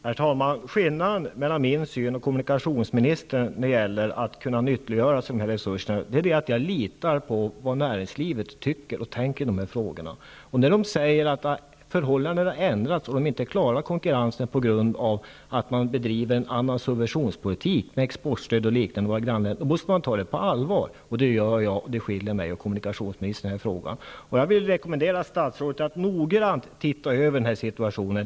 Herr talman! Skillnaden mellan min och kommunikationsministerns uppfattning när det gäller möjligheterna att nyttja de här resurserna är att jag litar på näringslivet och tror på vad man säger i de här frågorna. När man säger att förhållandena har ändrats och att man inte klarar konkurrensen på grund av att en annan subventionspolitik med exportstöd o.d. bedrivs i våra grannländer, måste vi ta det som sägs på allvar. Det är vad jag gör, och där har vi en skillnad mellan kommunikationsministerns och min uppfattning i den här frågan. Jag rekommenderar statsrådet att noggrant se över situationen.